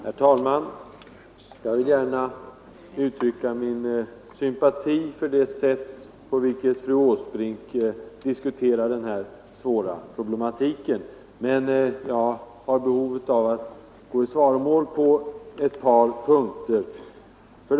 Herr talman! Jag vill gärna uttrycka min sympati för det sätt på vilket fru Åsbrink diskuterar den här svåra problematiken, men jag har behov av att gå i svaromål på ett par punkter.